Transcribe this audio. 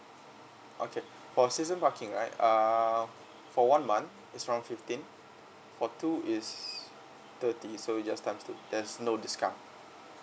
okay for season parking right err for one month it's around fifteen for two it's thirty so we just times two there's no discount